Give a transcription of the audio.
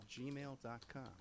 gmail.com